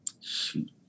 shoot